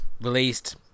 released